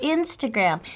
Instagram